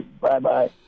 Bye-bye